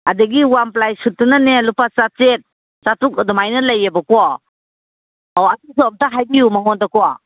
ꯑꯗꯒꯤ one ply ꯁꯨꯠꯇꯨꯅꯅꯦ ꯂꯨꯄꯥ ꯆꯥꯇ꯭ꯔꯦꯠ ꯆꯥꯇ꯭ꯔꯨꯛ ꯑꯗꯨꯃꯥꯏꯅ ꯂꯩꯌꯦꯕꯀꯣ ꯑꯣ ꯑꯗꯨꯗꯣ ꯑꯝꯇ ꯍꯥꯏꯕꯤꯌꯨ ꯃꯉꯣꯟꯗꯀꯣ